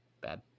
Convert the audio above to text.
bad